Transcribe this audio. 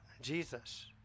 Jesus